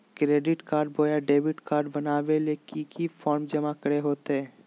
Credit card बोया debit card बनाने ले की की फॉर्म जमा करे होते?